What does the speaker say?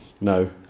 No